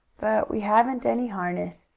we haven't any harness,